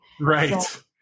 right